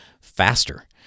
faster